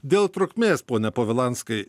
dėl trukmės pone povilanskai